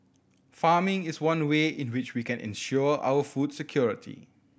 farming is one way in which we can ensure our food security